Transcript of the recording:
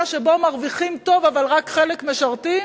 שבו מרוויחים טוב אבל רק חלק משרתים?